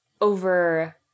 over